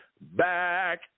Back